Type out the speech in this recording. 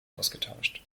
ausgetauscht